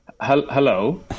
hello